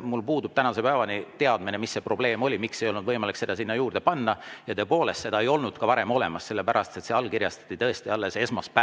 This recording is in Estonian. Mul puudub tänase päevani teadmine, mis see probleem oli, miks ei olnud võimalik seda sinna juurde panna. Tõepoolest, seda ei olnud varem ka olemas, sest see allkirjastati alles esmaspäeval.